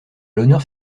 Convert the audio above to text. l’honneur